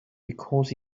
because